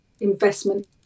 investment